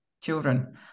children